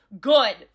Good